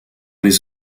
les